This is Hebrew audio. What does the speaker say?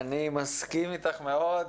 אני מסכים איתך מאוד.